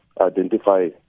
identify